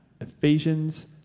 Ephesians